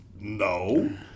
no